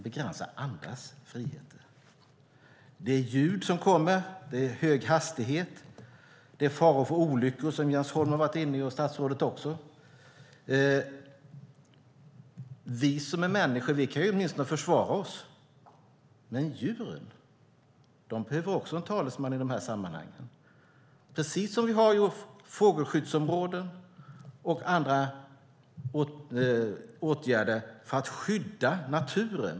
Det kommer ljud, det är höga hastigheter, det finns risk för olyckor, som Jens Holm och även statsrådet varit inne på. Vi människor kan åtminstone försvara oss, men djuren behöver också en talesman i de här sammanhangen. Vi har fågelskyddsområden och vidtar andra åtgärder för att skydda naturen.